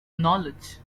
knowledge